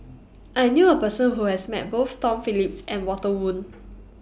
I knew A Person Who has Met Both Tom Phillips and Walter Woon